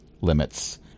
limits